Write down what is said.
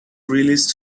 released